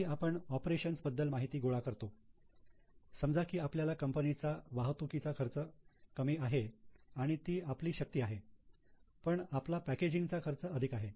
कधी आपण ऑपरेशन बद्दल माहिती गोळा करतो समजा की आपल्या कंपनीचा वाहतुकीचा खर्च कमी आहे आणि ती आपली शक्ती आहे पण आपला पॅकेजिंग चा खर्च अधिक आहे